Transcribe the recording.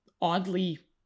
oddly